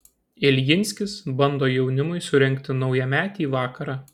iljinskis bando jaunimui surengti naujametį vakarą